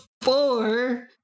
four